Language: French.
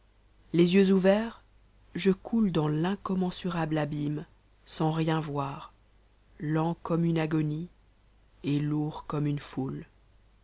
les yeux ouverts je coule dans nncommensarane abtme sans rien voir lent comme une agonie et lourd comme une foute